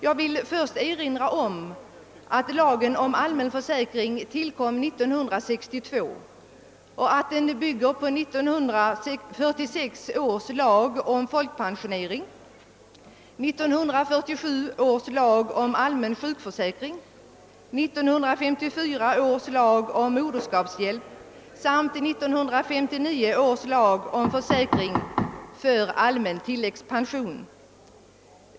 Jag vill först erinra om att lagen om allmän försäkring tillkom 1962 och att den bygger på 1946 års lag om folkpensionering, 1947 års lag om allmän sjukförsäkring, 1954 års lag om moderskapshjälp och 1959 års lag om försäkring för allmän tilläggspension.